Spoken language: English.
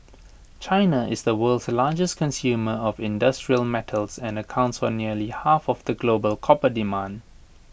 China is the world's largest consumer of industrial metals and accounts for nearly half of the global copper demand